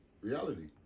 reality